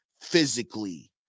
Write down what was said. physically